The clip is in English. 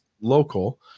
local